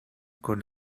con